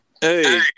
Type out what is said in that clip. Hey